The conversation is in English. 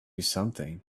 something